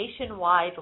nationwide